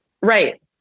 Right